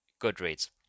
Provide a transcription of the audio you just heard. Goodreads